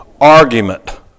argument